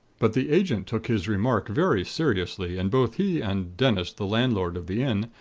but the agent took his remark very seriously, and both he and dennis the landlord of the inn,